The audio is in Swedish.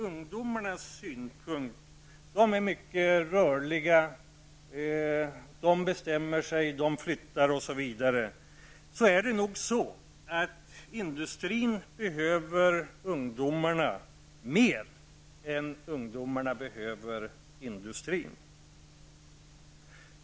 Ungdomarna är mycket rörliga -- de flyttar osv, -- och det är nog så att industrin behöver ungdomarna mer än vad ungdomarna behöver industrin.